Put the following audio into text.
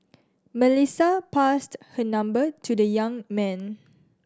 Melissa passed her number to the young man